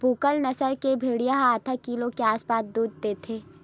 पूगल नसल के भेड़िया ह आधा किलो के आसपास दूद देथे